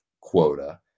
quota